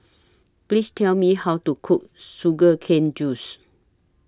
Please Tell Me How to Cook Sugar Cane Juice